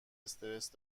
استرس